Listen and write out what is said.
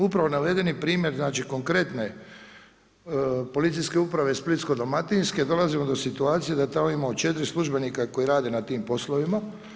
Upravo navedeni primjer, znači konkretne policijske uprave Splitsko-dalmatinske, dolazimo do situacije da tamo imamo 4 službenika koji rade na tim poslovima.